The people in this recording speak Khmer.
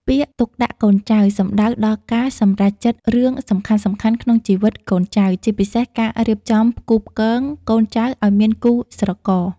ពាក្យ ទុកដាក់កូនចៅ សំដៅដល់ការសម្រេចចិត្តរឿងសំខាន់ៗក្នុងជីវិតកូនចៅ ជាពិសេសការរៀបចំផ្គូផ្គងកូនចៅឱ្យមានគូស្រករ។